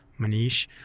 Manish